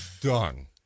done